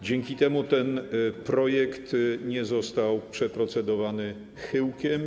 Dzięki temu ten projekt nie został przeprocedowany chyłkiem.